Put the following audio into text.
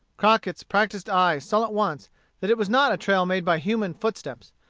crockett's practised eye saw at once that it was not a trail made by human foot-steps,